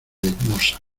desdeñosa